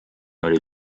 oli